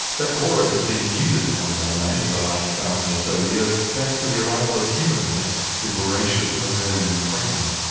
that chorus has been muted on the mainland in the last thousand or so years thanks to the arrival of humans and their voracious mammalian friends.